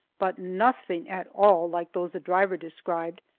but nothing at all like those the driver described.